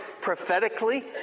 prophetically